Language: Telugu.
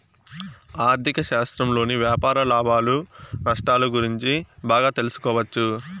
ఆర్ధిక శాస్త్రంలోని వ్యాపార లాభాలు నష్టాలు గురించి బాగా తెలుసుకోవచ్చు